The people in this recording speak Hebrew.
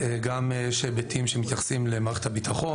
יש גם היבטים שמתייחסים למערכת הביטחון